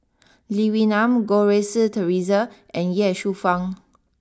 Lee Wee Nam Goh Rui Si Theresa and Ye Shufang